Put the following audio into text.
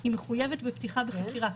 היא מחויבת בפתיחה בחקירה.